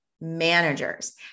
managers